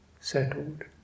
settled